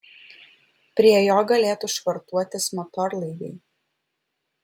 prie jo galėtų švartuotis motorlaiviai